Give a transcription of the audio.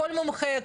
כל מומחה,